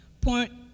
Point